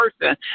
person